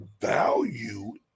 value